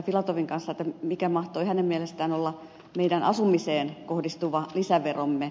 filatovin kanssa mikä mahtoi hänen mielestään olla meidän asumiseen kohdistuva lisäveromme